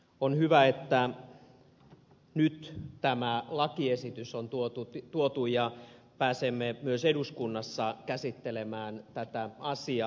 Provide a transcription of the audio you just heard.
on hyvä että nyt tämä lakiesitys on tuotu ja pääsemme myös eduskunnassa käsittelemään tätä asiaa